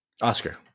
oscar